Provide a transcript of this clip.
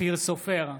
אופיר סופר,